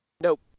Nope